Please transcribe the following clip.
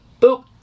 boop